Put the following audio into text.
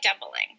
doubling